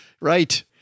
right